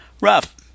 rough